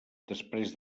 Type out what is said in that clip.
després